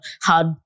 hard